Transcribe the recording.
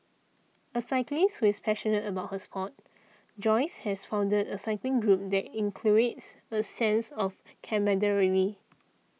a cyclist who is passionate about her sport Joyce has founded a cycling group that inculcates a sense of camaraderie